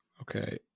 Okay